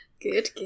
good